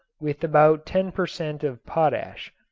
with about ten per cent. of potash.